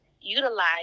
utilize